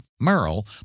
Merle